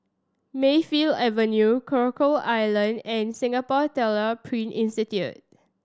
Mayfield Avenue Coral Island and Singapore Tyler Print Institute